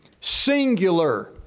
Singular